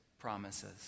promises